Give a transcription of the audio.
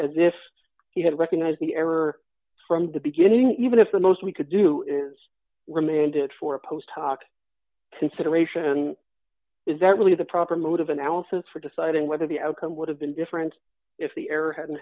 as if you had recognized the error from the beginning even if the most we could do is remanded for a post hoc consideration is that really the proper mode of analysis for deciding whether the outcome would have been different if the error hadn't